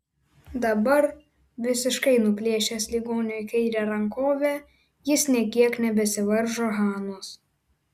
dabar visiškai nuplėšęs ligoniui kairę rankovę jis nė kiek nebesivaržo hanos